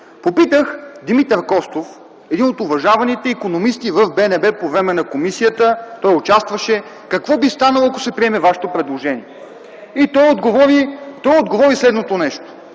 Попитах Димитър Костов – един от уважаваните икономисти в БНБ по време на комисията, където той участваше, какво би станало, ако се приеме вашето предложение? И той отговори следното нещо: